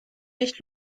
nicht